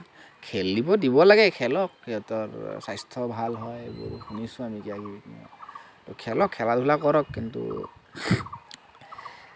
খেলিব দিব লাগে খেলক সিহঁতৰ স্বাস্থ্য ভাল হয় শুনিছোঁ আমি কিবা কিবি খেলক খেলা ধূলা কৰক কিন্তু